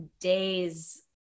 days